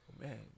Man